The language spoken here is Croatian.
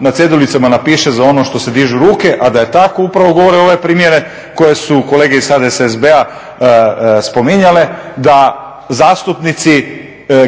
na ceduljicama napiše za ono što se dižu ruke. A da je tako upravo govori ovaj primjer koje su kolege iz HDSSB-a spominjale, da zastupnici